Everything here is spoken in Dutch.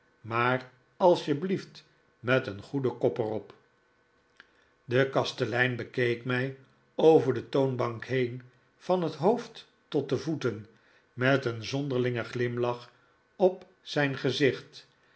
maar als je blieft met een goeden kop er op de kastelein bekeek mij over de toonbank heen van het hoofd tot de voeten met een zonderlingen glimlach op zijn gezicht